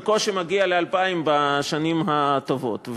זה בקושי מגיע ל-2,000 בשנים הטובות.